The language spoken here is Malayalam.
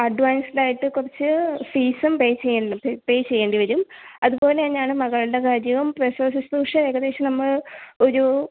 അഡ്വാൻസ്ഡ് ആയിട്ട് കുറച്ച് ഫീസും പേ ചെയ്യേണ്ടി പേ ചെയ്യേണ്ടി വരും അതുപോലെ തന്നെയാണ് മകളുടെ കാര്യവും പ്രസവ ശുശ്രൂഷയും ഏകദേശം നമ്മൾ ഒരു